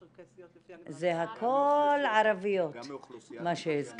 צ'רקסיות לפי -- זה הכל ערביות מה שהזכרת.